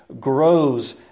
grows